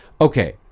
Okay